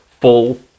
full